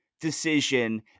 decision